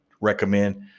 recommend